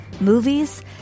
movies